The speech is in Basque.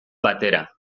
batera